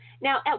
Now